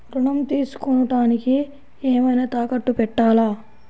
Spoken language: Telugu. ఋణం తీసుకొనుటానికి ఏమైనా తాకట్టు పెట్టాలా?